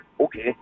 okay